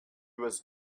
was